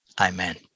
Amen